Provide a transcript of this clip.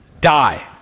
die